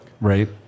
Right